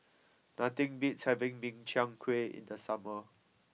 nothing beats having Min Chiang Kueh in the summer